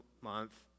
month